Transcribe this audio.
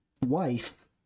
Wife